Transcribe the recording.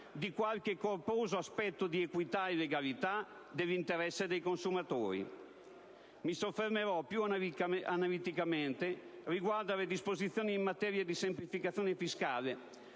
di qualche corposo aspetto di equità e legalità, dell'interesse dei consumatori. Mi soffermerò più analiticamente riguardo alle disposizioni in materia di semplificazione fiscale,